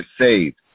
saved